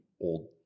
old